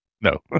No